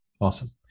Awesome